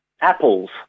apples